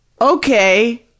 Okay